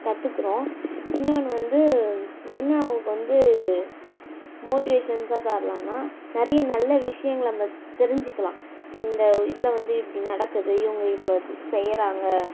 கற்றுக்கறோம் இன்னொன்று வந்து என்ன அவங்களுக்கு வந்து மோட்டிவேஷன்ஸாக தரலானா நிறைய நல்ல விஷயங்கள் நம்ம தெரிஞ்சுக்கலாம் இந்த ஓ இதில் வந்து இப்படி நடக்குது இவங்க இவ்வளோ செய்கிறாங்க